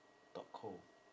dot co